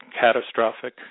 catastrophic